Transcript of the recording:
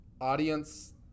audience